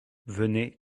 venez